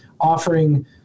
offering